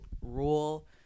rule